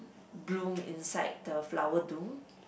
bloom inside the flower dome